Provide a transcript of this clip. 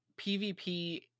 PvP